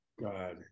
God